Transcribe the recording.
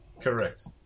Correct